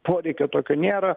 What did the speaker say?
poreikio tokio nėra